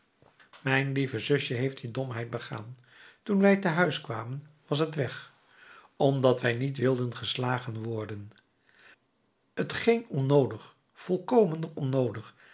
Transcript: mijn lieve zusje heeft die domheid begaan toen wij te huis kwamen was t weg omdat wij niet wilden geslagen worden t geen onnoodig volkomen onnoodig